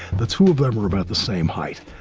the two of them were about the same height.